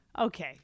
Okay